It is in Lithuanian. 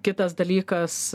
kitas dalykas